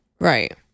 Right